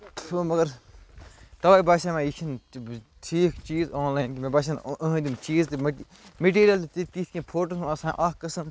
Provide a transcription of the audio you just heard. مگر تَؤے باسیٛو مےٚ یہِ چھُنہٕ ٹھیٖک چیٖز آنلایِن مےٚ باسیٛو نہٕ یہنٛدۍ یِم چیٖز تہِ مے مِٹیٖریل تہِ تِتھۍ کیٚنٛہہ فوٹُوَس منٛز آسان اَکھ قسٕم